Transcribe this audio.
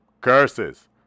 curses